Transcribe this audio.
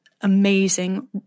amazing